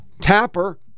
Tapper